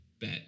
bet